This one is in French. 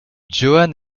johann